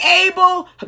able